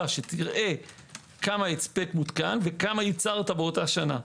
שתראה כמה הספק מותקן וכמה ייצרת באותה שנה.